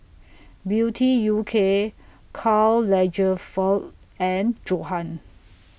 Beauty U K Karl Lagerfeld and Johan